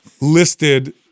listed